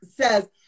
says